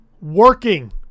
working